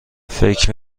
فکر